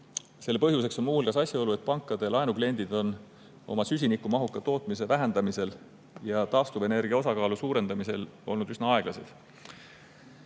Selle põhjuseks on muu hulgas asjaolu, et pankade laenukliendid on oma süsinikumahuka tootmise vähendamisel ja taastuvenergia osakaalu suurendamisel olnud üsna aeglased.